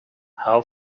how